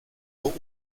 but